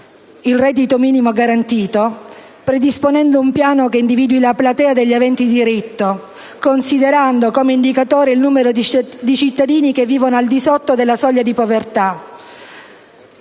il reddito minimo garantito, predisponendo un piano che individui la platea degli aventi diritto, considerando come indicatore il numero dei cittadini che vivono al di sotto della soglia di povertà.